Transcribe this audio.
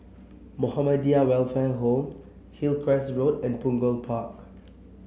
Muhammadiyah Welfare Home Hillcrest Road and Punggol Park